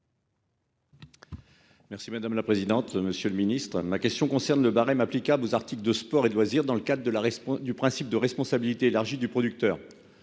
Merci madame la présidente, monsieur le ministre ma question concerne le barème applicable aux articles de sports et de loisirs dans le cadre de l'arrêt du principe de responsabilité élargie du producteur,